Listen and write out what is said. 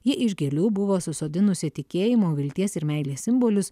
ji iš gėlių buvo susodinusi tikėjimo vilties ir meilės simbolius